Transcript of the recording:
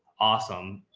awesome.